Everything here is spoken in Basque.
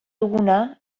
duguna